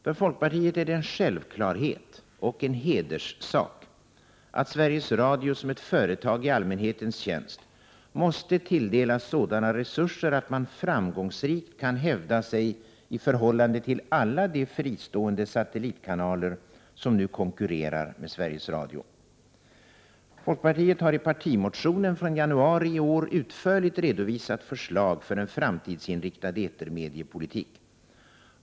För folkpartiet är det en självklarhet — och en hederssak — att Sveriges Radio som ett företag i allmänhetens tjänst måste tilldelas sådana resurser, att man framgångsrikt kan hävda sig i förhållande till alla de fristående satellitkanaler som nu konkurrerar med Sveriges Radio. Folkpartiet har i partimotionen från januari i år utförligt redovisat förslag för en framtidsinriktad etermediepolitik.